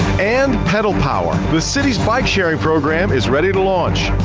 and pedal power, the city's bike sharing program is ready to launch.